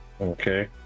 Okay